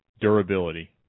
durability